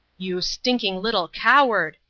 you stinking little coward,